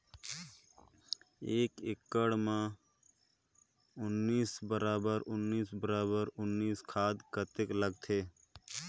एक एकड़ मे उन्नीस बराबर उन्नीस बराबर उन्नीस खाद कतेक लगथे?